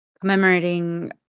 commemorating